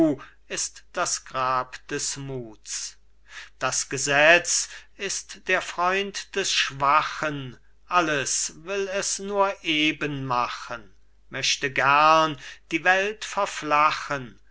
ist das grab des muths das gesetz ist der freund des schwachen alles will es nur eben machen möchte gerne die welt verflachen